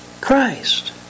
Christ